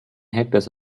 hectares